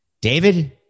David